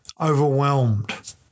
overwhelmed